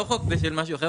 זה לא חוק בשביל משהו אחר,